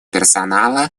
персонала